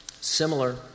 similar